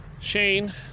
Shane